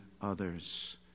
others